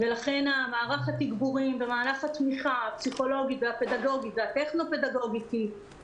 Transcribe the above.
ולכן מערך התגבורים ומערך התמיכה הפסיכולוגי והפדגוגי והטכנו-פדגוגי כי